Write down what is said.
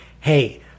Hey